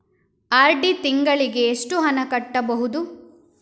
RD ತಿಂಗಳಿಗೆ ಎಷ್ಟು ಹಣ ಕಟ್ಟಬಹುದು?